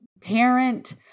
parent